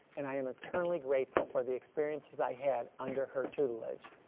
and i am eternally grateful for the experiences i had under her tutelage.